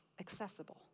accessible